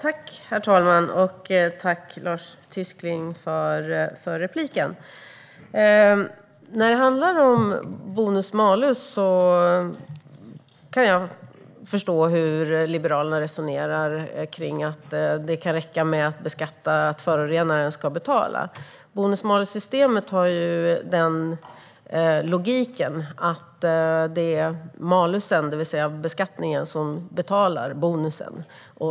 Herr talman! Tack för repliken, Lars Tysklind! När det handlar om bonus-malus kan jag förstå hur Liberalerna resonerar kring att det kan räcka med att beskatta och att förorenaren ska betala. Bonus-malus-systemet har den logiken att det är malusen, det vill säga beskattningen, som betalar bonusen.